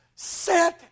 Sit